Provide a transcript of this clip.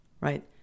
Right